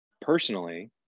personally